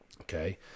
okay